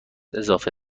اضافه